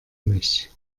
mich